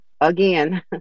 again